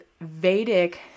Vedic